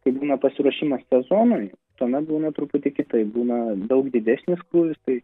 kai būna pasiruošimas sezonui tuomet būna truputį kitaip būna daug didesnis krūvis tai